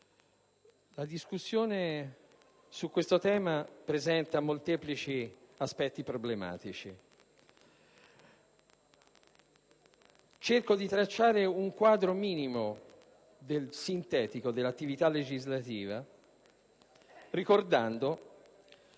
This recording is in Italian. la discussione su questo tema presenta molteplici aspetti problematici. Cerco di tracciare un quadro minimo e sintetico dell'attività legislativa, ricordando